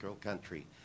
country